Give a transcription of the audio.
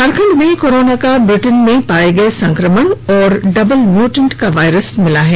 झारखंड में कोरोना का ब्रिटेन में पाये गये संकमण और डबल म्यूटेंट का वायरस मिला है